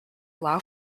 allow